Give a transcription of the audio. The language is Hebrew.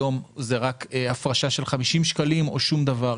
היום זה הפרשה של 50 שקלים בלבד או שום דבר.